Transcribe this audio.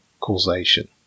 causation